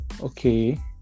okay